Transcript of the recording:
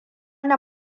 na